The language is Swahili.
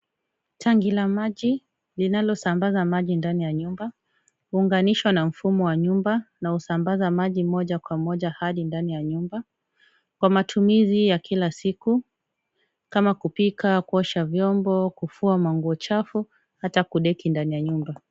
Tangi la maji linalosambaza maji ndani ya nyumba, huunganishwa na mfumo wa nyumba unaosambaza maji moja kwa moja hadi ndani ya nyumba, kwa matumizi ya kila siku, kama kupika, kuosha vyombo, kufua manguo chafu, hata kudeki ndani ya nyumba.